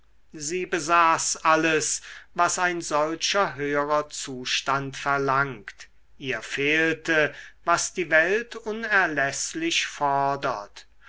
sie besaß alles was ein solcher höherer zustand verlangt ihr fehlte was die welt unerläßlich fordert